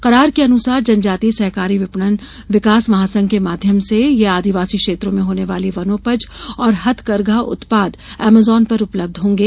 करार के अनुसार जनजाति सहकारी विपणन विकास महासंघ ट्राईफेड के माध्यम ये आदिवासी क्षेत्रों होने वाली वनोपज और हथकरघा उत्पाद अमेजन पर उपलब्ध होंगे